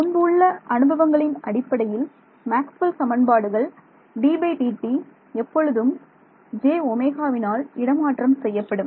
முன்பு உள்ள அனுபவங்களின் அடிப்படையில் மேக்ஸ்வெல் சமன்பாடுகள் ddt எப்பொழுதும் jω வினால் இடமாற்றம் செய்யப்படும்